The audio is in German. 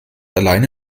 alleine